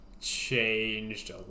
Changed